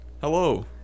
Hello